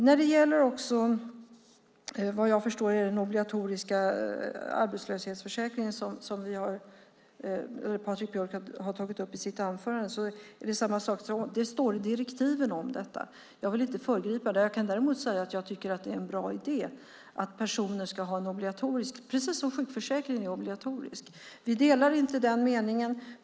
Såvitt jag förstår har Patrik Björck tagit upp den obligatoriska arbetslöshetsförsäkringen i sitt anförande. Det står i direktiven om detta. Jag vill därför inte föregripa det. Jag kan däremot säga att jag tycker att det är en bra idé att människor ska ha en obligatorisk arbetslöshetsförsäkring, på samma sätt som sjukförsäkringen är obligatorisk. Vi delar inte uppfattning i fråga om detta.